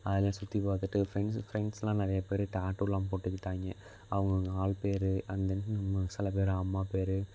அதெலாம் சுற்றிப் பார்த்துட்டு ஃப்ரெண்ட்ஸ் ஃப்ரெண்ட்ஸெலாம் நிறையப்பேரு டாட்டூவெலாம் போட்டுக்கிட்டாங்க அவங்கவுங்க ஆள் பேர் அண்ட் தென் நம்ம சிலப்பேர் அம்மா பேர்